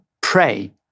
pray